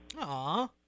Aw